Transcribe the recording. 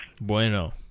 Bueno